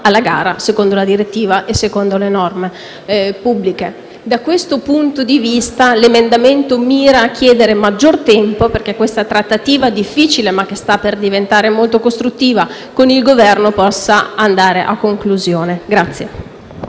alla gara, secondo la direttiva e secondo le norme pubbliche. Da questo punto di vista, l'emendamento in esame mira a chiedere maggior tempo, perché questa trattativa difficile, ma che sta per diventare molto costruttiva con il Governo, possa arrivare a conclusione.